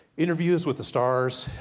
interviews with the stars.